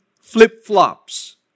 flip-flops